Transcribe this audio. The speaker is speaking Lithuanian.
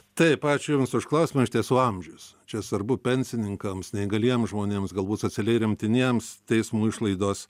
taip ačiū jums už klausimą iš tiesų amžius čia svarbu pensininkams neįgaliems žmonėms galbūt socialiai remtiniems teismo išlaidos